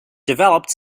developed